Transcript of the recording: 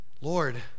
Lord